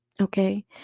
okay